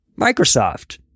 Microsoft